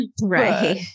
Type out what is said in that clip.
Right